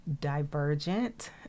divergent